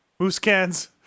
Moosecans